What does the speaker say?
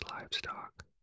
livestock